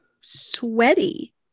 sweaty